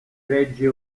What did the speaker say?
regge